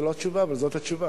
זה לא תשובה, אבל זאת התשובה.